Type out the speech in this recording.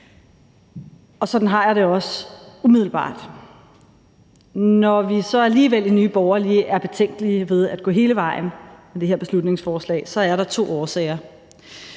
Sådan har jeg det også umiddelbart. Når vi så alligevel i Nye Borgerlige er betænkelige ved at gå hele vejen med det her beslutningsforslag, er der to årsager.